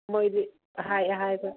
ꯃꯣꯏꯗꯤ ꯑꯍꯥꯏ ꯑꯍꯥꯏꯕ